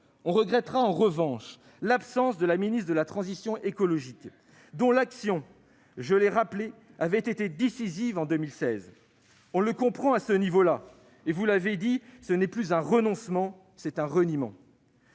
On regrettera en revanche l'absence de la ministre de la transition écologique, dont l'action- je l'ai rappelé -avait été décisive en 2016. On la comprend : à ce niveau-là, ce n'est plus un renoncement, c'est un reniement